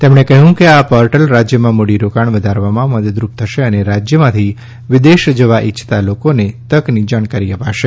તેમણે કહ્યું કે આ પોર્ટેલ રાજ્યમાં મૂડીરોકાણ વધારવામાં મદદરૂપ થશે અને રાજ્યમાંથી વિદેશ જવા ઇચ્છતા લોકોને તકની જાણકારી આપશે